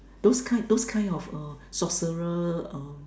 those kind those kind of uh sorcerer um